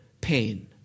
pain